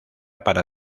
para